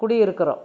குடி இருக்கிறோம்